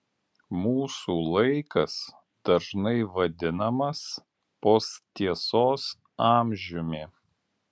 mūsų laikas dažnai vadinamas posttiesos amžiumi